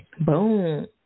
Boom